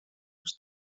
els